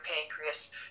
pancreas